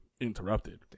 interrupted